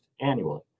annually